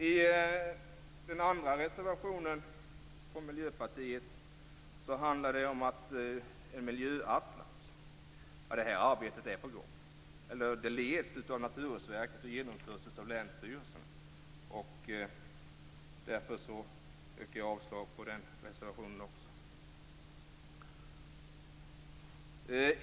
I den andra reservationen från Miljöpartiet handlar det om en miljöatlas. Det arbetet är på gång. Det leds av Naturvårdsverket och genomförs av länsstyrelserna. Därför yrkar jag avslag på den reservationen också.